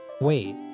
wait